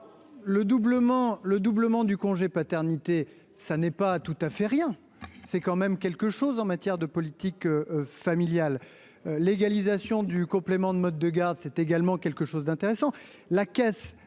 le doublement du congé paternité, ça n'est pas tout à fait rien, c'est quand même quelque chose en matière de politique familiale, légalisation du complément de mode de garde, c'est également quelque chose d'intéressant